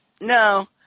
No